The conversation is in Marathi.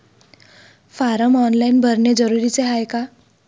फारम ऑनलाईन भरने जरुरीचे हाय का?